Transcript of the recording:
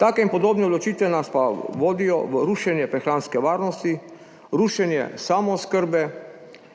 Take in podobne odločitve nas pa vodijo v rušenje prehranske varnosti, rušenje samooskrbe.